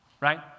Right